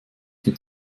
mit